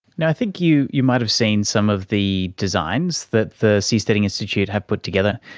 yeah i think you you might have seen some of the designs that the seasteading institute have put together.